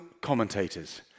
commentators